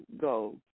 go